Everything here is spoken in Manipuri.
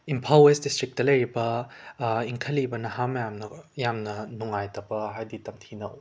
ꯏꯝꯐꯥꯜ ꯋꯦꯁ ꯗꯤꯁꯇ꯭ꯔꯤꯛꯇ ꯂꯩꯔꯤꯕ ꯏꯟꯈꯠꯂꯛꯏꯕ ꯅꯍꯥ ꯃꯌꯥꯝꯅ ꯌꯥꯝꯅ ꯅꯨꯡꯉꯥꯏꯇꯕ ꯍꯥꯏꯗꯤ ꯇꯝꯊꯤꯅ